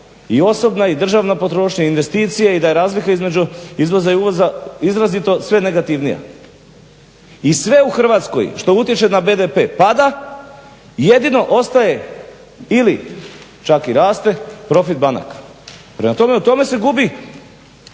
I osobna i državna potrošnja, investicije i da je razlika između izvoza i uvoza izrazito sve negativnija. I sve u Hrvatskoj što utječe na BDP pada, jedino ostaje ili čak i raste, profit banaka. Prema tome, o tome se gubi